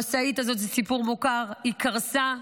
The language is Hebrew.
המשאית הזאת, זה סיפור מוכר, קרסה,